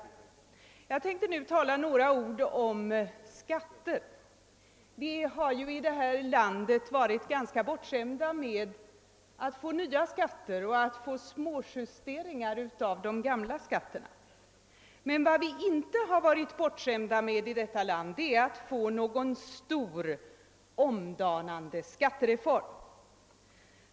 Jag tänkte nu säga några ord om skatter. Vi har i vårt land varit bortskämda med att få nya skatter och få småjusteringar av de gamla skatterna, men någonting som vi inte har varit bortskämda med är att få någon stor omdanande skattereform.